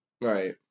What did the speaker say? right